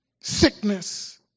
sickness